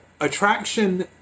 attraction